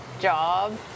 job